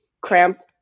cramped